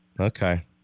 Okay